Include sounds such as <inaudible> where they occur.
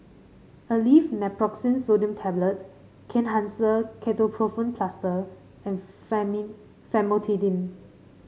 Aleve Naproxen Sodium Tablets Kenhancer Ketoprofen Plaster and <unintelligible> Famotidine